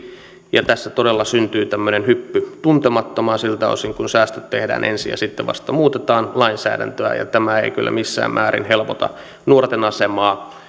ja tässä todella syntyy tämmöinen hyppy tuntemattomaan siltä osin kuin säästöt tehdään ensin ja sitten vasta muutetaan lainsäädäntöä tämä ei kyllä missään määrin helpota nuorten asemaa